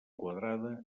quadrada